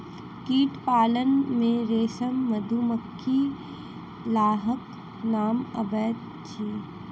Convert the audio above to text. कीट पालन मे रेशम, मधुमाछी, लाहक नाम अबैत अछि